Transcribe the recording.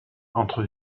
entre